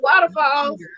waterfalls